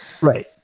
right